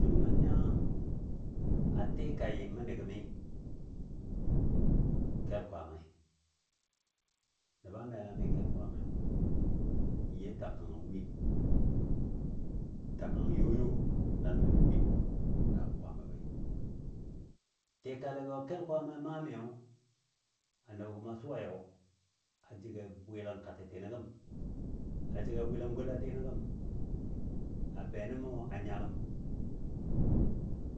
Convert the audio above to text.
jʊ mə nya a tɨkai a yɨm məndɨ gəmɨ n kel kwaammai. Nəba melami kel Kwaamai n you n ta kangɔ win, ta kangɔ yo, yo nəl məndi win daagɔ Kwaama woi tɨkalɨgɔ kel kwaammai a maa mɨ a nəbɔ gəm a suwai a jəggi a bwɨlang katɔtɨnə gəm. A jəggi a bwɨlang golatinɔ gəm be nən mɔ a nyaləm